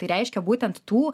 tai reiškia būtent tų